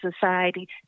society